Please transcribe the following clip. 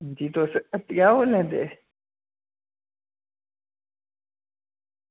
जी तुस हट्टिया बोल्ला दे